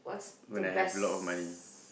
when I have a lot of money